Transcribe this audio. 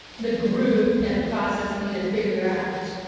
the group and the process need to figure out.